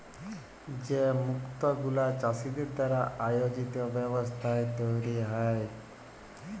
যে মুক্ত গুলা চাষীদের দ্বারা আয়জিত ব্যবস্থায় তৈরী হ্যয়